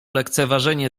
lekceważenie